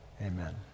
amen